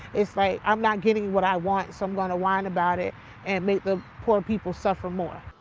it's like, i'm not getting what i want, so i'm going to whine about it and make the poor people suffer more.